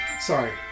Sorry